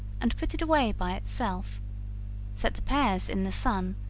and put it away by itself set the pears in the sun,